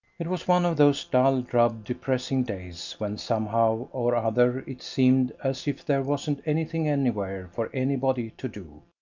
it was one of those dull, drab, depressing days when somehow or other it seemed as if there wasn't anything anywhere for anybody to do.